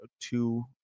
two